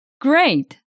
Great